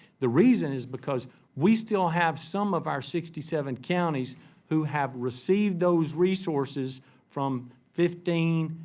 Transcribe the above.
the reason is because we still have some of our sixty seven counties who have received those resources from fifteen,